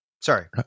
Sorry